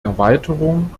erweiterung